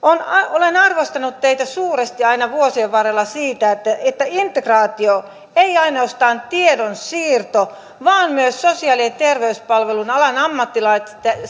olen arvostanut teitä suuresti aina vuosien varrella siitä että että integraatio ei ainoastaan tiedon siirto vaan myös sosiaali ja terveyspalvelun alan ammattilaisten yhteinen